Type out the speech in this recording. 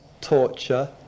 torture